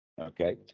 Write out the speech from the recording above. Okay